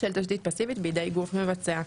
של תשתית פסיבית בידי גוף מבצע.